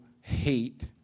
hate